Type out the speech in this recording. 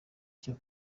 icyo